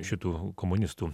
šitų komunistų